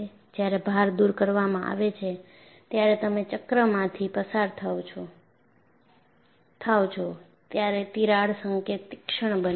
જ્યારે ભાર દૂર કરવામાં આવે છે જ્યારે તમે ચક્રમાંથી પસાર થાઓ છે ત્યારે તિરાડ સંકેત તીક્ષ્ણ બને છે